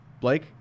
Blake